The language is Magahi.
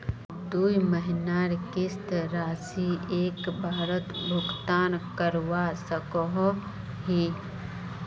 दुई महीनार किस्त राशि एक बारोत भुगतान करवा सकोहो ही?